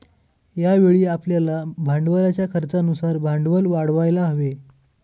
यावेळी आपल्याला भांडवलाच्या खर्चानुसार भांडवल वाढवायला हवे